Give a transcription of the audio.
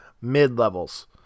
mid-levels